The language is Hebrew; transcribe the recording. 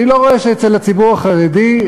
אני לא רואה שאצל הציבור החרדי,